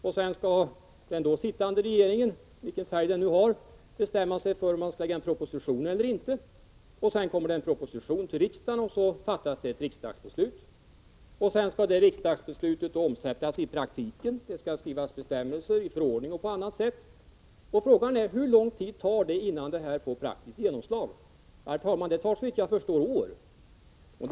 Därefter skall den sittande regeringen — vilken färg den nu än har — bestämma sig för om en proposition skall läggas fram eller inte. Om en proposition presenteras för riksdagen, skall ju sedan ett riksdagsbeslut fattas. Sedan skall det riksdagsbeslutet omsättas i praktiken — i form av bestämmelser, förordningar etc. Frågan är: Hur lång tid kommer det att ta innan ett sådant här beslut får genomslag i praktiken? Såvitt jag förstår kommer det att ta år innan så sker.